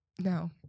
No